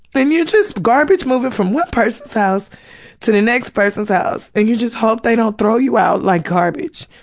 then you're just garbage moving from one person's house to the next person's house and you just hope they don't throw you out like garbage.